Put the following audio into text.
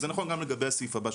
וזה נכון גם לגבי הסעיף הבא,